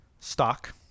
Stock